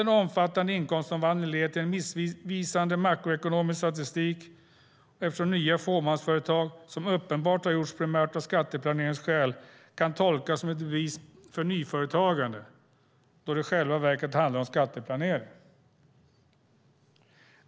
Den omfattande inkomstomvandlingen leder till en missvisande makroekonomisk statistik, eftersom nya fåmansföretag som uppenbart har gjorts primärt av skatteplaneringsskäl kan tolkas som bevis för nyföretagandet medan det i själva verket handlar om skatteplanering.